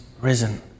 risen